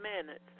minutes